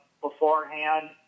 beforehand